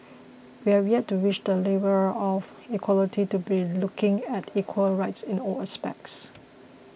we have yet to reach the level of equality to be looking at equal rights in all aspects